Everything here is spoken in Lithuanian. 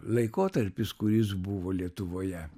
laikotarpis kuris buvo lietuvoje